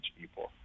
people